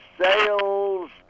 sales